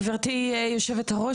גברתי יושבת הראש,